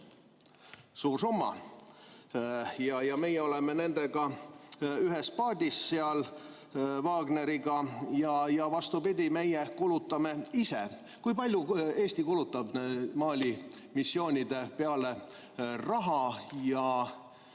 Suur summa! Meie oleme seal ühes paadis Wagneriga, aga vastupidi, meie kulutame ise. Kui palju Eesti kulutab Mali missioonide peale raha?